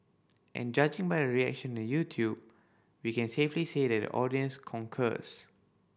and judging by the reaction YouTube we can safely say that the audience concurs